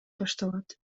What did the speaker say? башталат